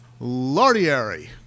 Lardieri